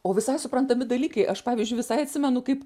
o visai suprantami dalykai aš pavyzdžiui visai atsimenu kaip